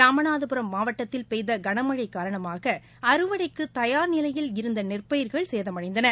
ராமநாதபுரம் மாவட்டத்தில் பெய்த கனமஸழ காரணமாக அறுவடைக்கு தயார் நிலையில் இருந்த நெற்பயிர்கள் சேதமடைந்தன